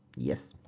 yes!